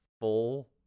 full